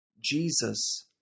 Jesus